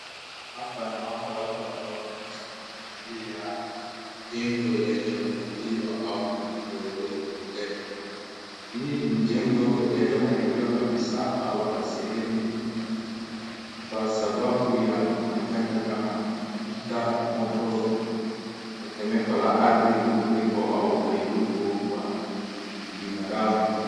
Hapa naona watu ambao wanaangalia jengo lililoaribiwa au majengo yalilobomolewa. Hii ni jengo lililoharibiwaa kabisaa au kwa sehemu kwa sababu ya majanga kama vita, moto, tetemeko la ardhi, mafuriko au uharibufu wa kibinadamu.